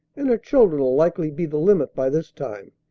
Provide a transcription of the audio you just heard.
and her children'll likely be the limit by this time.